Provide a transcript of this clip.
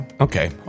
Okay